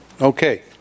Okay